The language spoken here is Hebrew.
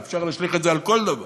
ואפשר להשליך את זה על כל דבר,